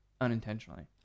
unintentionally